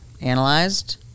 analyzed